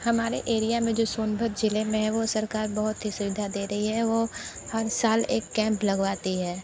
हमारे एरिया में जो सोनभद्र ज़िले में है वो सरकार बहुत ही सुविधा दे रही है वो हर साल एक कैंप लगवाती है